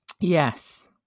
Yes